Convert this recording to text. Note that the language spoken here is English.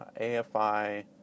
AFI